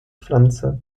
pflanze